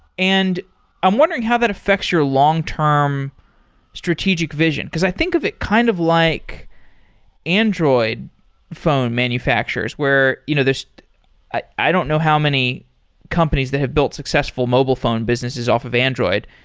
and i'm wondering how that affects your long-term strategic vision, because i think of it kind of like android phone manufacturers, where you know there's i i don't know how many companies that have built successful mobile phone businesses off of android.